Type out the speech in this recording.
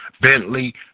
Bentley